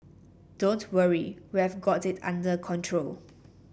don't worry we've got it under control